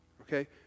Okay